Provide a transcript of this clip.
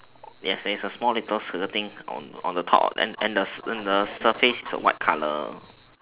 yes there's a small little skirting on the top and the the surface is a white colour